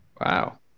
wow